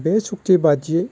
बे सुखथि बादियै